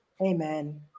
Amen